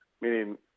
meaning